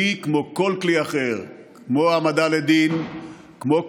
כלי כמו כל כלי אחר, כמו העמדה לדין, כמו כליאה,